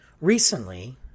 Recently